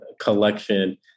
collection